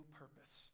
purpose